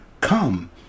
Come